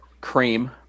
cream